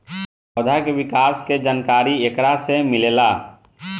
पौधा के विकास के जानकारी एकरा से मिलेला